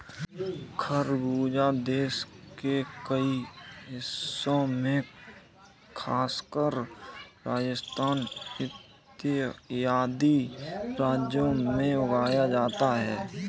खरबूजा देश के कई हिस्सों में खासकर राजस्थान इत्यादि राज्यों में उगाया जाता है